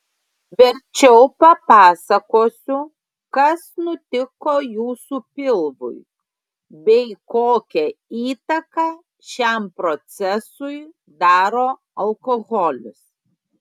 verčiau papasakosiu kas nutiko jūsų pilvui bei kokią įtaką šiam procesui daro alkoholis